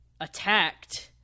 attacked